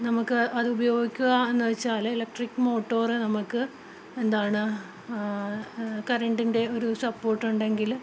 നമുക്കത് ഉപയോഗിക്കുകയെന്ന് വെച്ചാല് ഇലക്ട്രിക് മോട്ടോര് നമുക്ക് എന്താണ് കറൻറിൻ്റെ ഒരു സപ്പോർട്ട് ഉണ്ടെങ്കില്